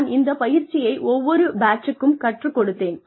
நான் இந்த பயிற்சியை ஒவ்வொரு பேட்சுக்கும் கற்றுக் கொடுத்தேன்